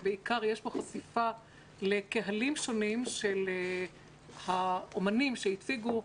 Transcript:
בעיקר יש פה חשיפה לקהלים שונים של האומנים שהציגו.